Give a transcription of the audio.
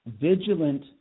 vigilant